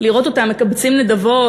לראות אותם מקבצים נדבות,